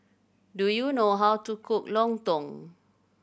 do you know how to cook lontong